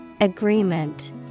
Agreement